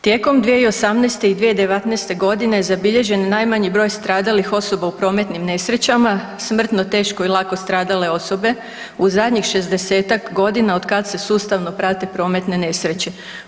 Tijekom 2018. i 2019.g. zabilježen je najmanji broj stradalih osoba u prometnim nesrećama, smrtno, teško i lako stradale osobe u zadnjih 60-tak godina otkad se sustavno prave prometne nesreće.